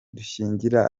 dushyigikira